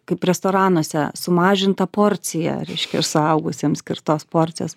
kaip restoranuose sumažinta porcija reiškia iš suaugusiems skirtos porcijos